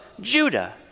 Judah